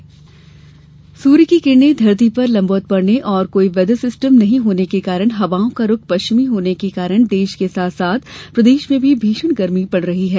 गर्मी सूर्य की किरणें धरती पर लम्बवत् पड़ने कोई वैदर सिस्टम नहीं होने के साथ साथ हवाओं का रुख पश्चिमी होने के कारण देश के साथ साथ प्रदेश में भी भीषण गर्मी पड़ रही है